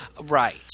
Right